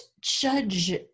judge